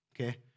okay